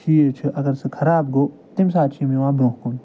چیٖز چھِ اَگر سُہ خراب گوٚو تَمہِ ساتہٕ چھِ یِم یِوان برٛونٛہہ کُن